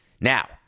Now